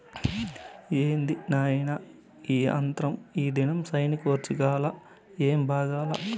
ఏంది నాయినా ఈ ఆత్రం, ఈదినం సైనికోజ్జోగాలు ఏమీ బాగాలా